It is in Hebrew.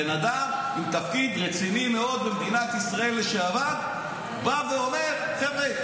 בן אדם עם תפקיד רציני מאוד במדינת ישראל לשעבר בא ואומר: חבר'ה,